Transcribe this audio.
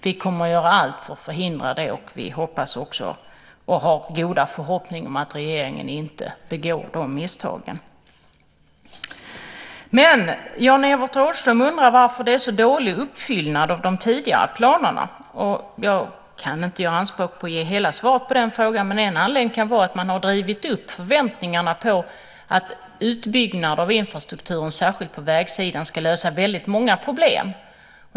Vi kommer att göra allt för att förhindra det, och vi har goda förhoppningar om att regeringen inte begår de misstagen. Men Jan-Evert Rådhström undrar varför det är så dålig uppfyllnad av de tidigare planerna. Jag kan inte göra anspråk på att ge hela svaret på den frågan, men en anledning kan vara att man har drivit upp förväntningarna på att utbyggnaden av infrastrukturen, särskilt på vägsidan, ska lösa många problem.